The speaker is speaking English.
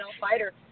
fighter